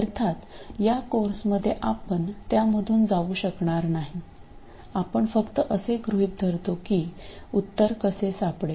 अर्थात या कोर्समध्ये आपण त्यामधून जाऊ शकणार नाही आपण फक्त असे गृहीत धरतो की उत्तर कसे सापडेल